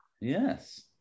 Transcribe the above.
Yes